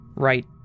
right